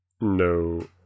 No